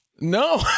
No